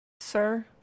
Sir